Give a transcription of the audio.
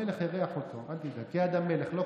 המלך אירח אותו כיד המלך,